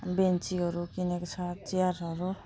बेन्चीहरू किनेको छ चेयरहरू